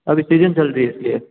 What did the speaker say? अभी सीजन चल रही है इसलिए